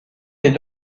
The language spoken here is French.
les